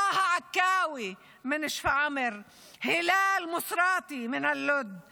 טאהר עכאווי משפרעם, הלאל מוסראתי מלוד;